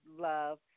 Love